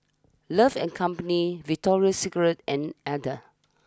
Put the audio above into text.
love and company Victoria Secret and Aden